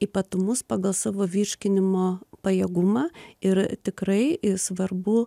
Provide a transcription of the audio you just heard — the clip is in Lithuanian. ypatumus pagal savo virškinimo pajėgumą ir tikrai svarbu